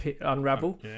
unravel